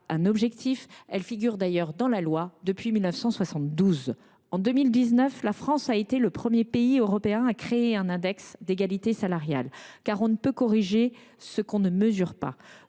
un objectif ; elle figure d’ailleurs dans la loi depuis 1972. En 2019, la France a été le premier pays européen à créer un index d’égalité salariale, car on ne peut corriger ce qu’on ne mesure pas.